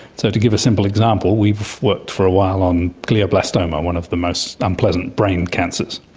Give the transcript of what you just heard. so to give a simple example, we've worked for a while on glioblastoma, one of the most unpleasant brain cancers,